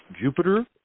Jupiter